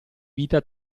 vita